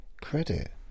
Credit